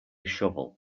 shovel